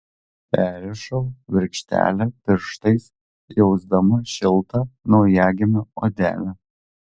perrišau virkštelę pirštais jausdama šiltą naujagimio odelę